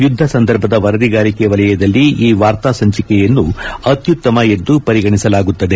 ಯುದ್ದ ಸಂದರ್ಭದ ವರದಿಗಾರಿಕೆ ವಲಯದಲ್ಲಿ ಈ ವಾರ್ತಾ ಸಂಚಿಕೆಯನ್ನು ಅತ್ಯುತ್ತಮ ಎಂದು ಪರಿಗಣಿಸಲಾಗುತ್ತದೆ